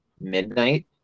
midnight